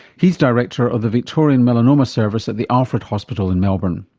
he is director of the victorian melanoma service at the alfred hospital in melbourne.